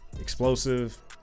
explosive